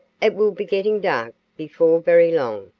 it will be getting dark before very long.